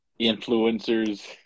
influencers